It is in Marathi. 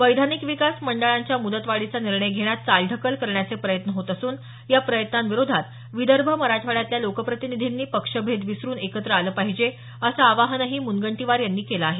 वैधानिक विकास मंडळांच्या मूदतवाढीचा निर्णय घेण्यात चालढकल करण्याचे प्रयत्न होत असून या प्रयत्नांविरोधात विदर्भ मराठवाड्यातल्या लोकप्रतिनिधींनी पक्षभेद विसरून एकत्र आलं पाहिजे असं आवाहनही मुनगंटीवार यांनी केलं आहे